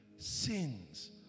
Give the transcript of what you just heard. sins